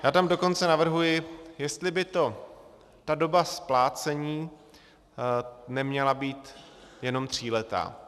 Já tam dokonce navrhuji, jestli by doba splácení neměla být jenom tříletá.